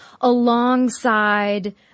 alongside